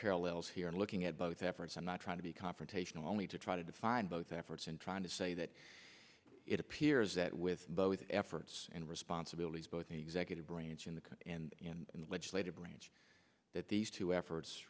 parallels here looking at both efforts and not trying to be confrontational only to try to define both efforts in trying to say that it appears that with both efforts and responsibilities both executive branch and the legislative branch that these two efforts